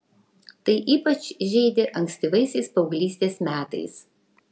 tai ypač žeidė ankstyvaisiais paauglystės metais